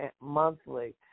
monthly